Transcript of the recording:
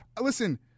Listen